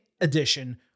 edition